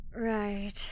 Right